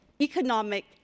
economic